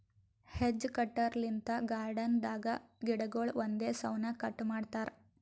hedge cutter ಲಿಂತ್ garden ದಾಗ್ ಗಿಡಗೊಳ್ ಒಂದೇ ಸೌನ್ ಕಟ್ ಮಾಡ್ತಾರಾ